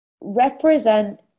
represent